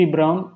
Brown